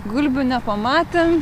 gulbių nepamatėm